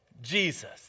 Jesus